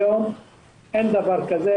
היום אין דבר כזה.